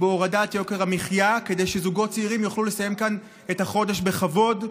בהורדת יוקר המחיה כדי שזוגות צעירים יוכלו לסיים כאן את החודש בכבוד,